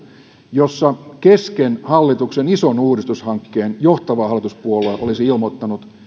jossa kesken hallituksen ison uudistushankkeen johtava hallituspuolue olisi ilmoittanut